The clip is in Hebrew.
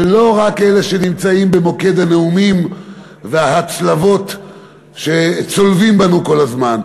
ולא רק אלה שנמצאים במוקד הנאומים וההצלבות שצולבים בנו כל הזמן.